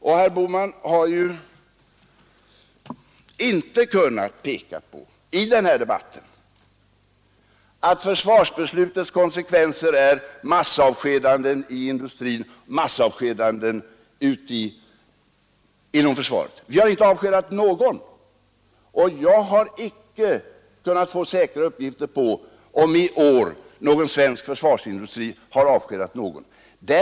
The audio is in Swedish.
Och herr Bohman har ju i den här debatten inte kunnat peka på att försvarsbeslutets konsekvenser är massavskedanden i industrin, massavskedanden inom försvaret. Vi har inte avskedat någon. Jag har icke kunnat få säkra uppgifter på om i år någon svensk försvarsindustri har avskedat någon anställd.